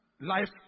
life